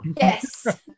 Yes